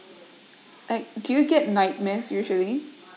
like do you get nightmares usually